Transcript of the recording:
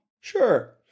Sure